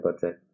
budget